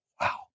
wow